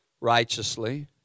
righteously